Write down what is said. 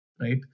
Right